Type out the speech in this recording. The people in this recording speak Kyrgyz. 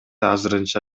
азырынча